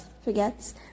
forgets